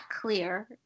clear